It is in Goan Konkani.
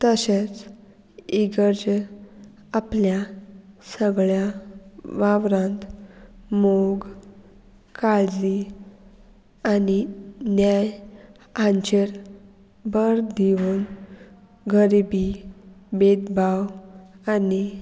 तशेंच इगर्ज आपल्या सगळ्या वावरांत मोग काळजी आनी न्याय हांचेर बर दिवन गरिबी भेदभाव आनी